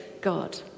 God